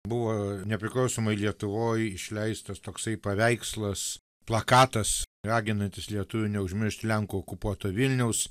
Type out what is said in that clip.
buvo nepriklausomoj lietuvoj išleistas toksai paveikslas plakatas raginantis lietuvių neužmiršti lenkų okupuoto vilniaus